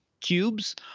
cubes